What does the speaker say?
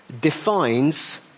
defines